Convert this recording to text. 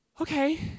okay